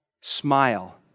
Smile